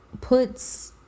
puts